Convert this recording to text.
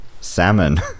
salmon